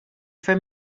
for